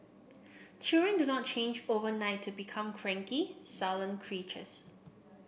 children do not change overnight to become cranky sullen creatures